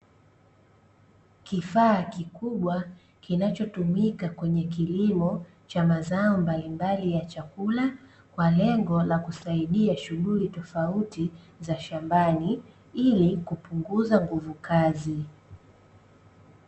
Kifaa kikubwa kinachotumika kwenye kilimo cha mazao mbalimbali ya chakula, kwa lengo la kusaidia shughuli tofauti za shambani ili kupunguza nguvu kazi.